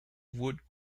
wood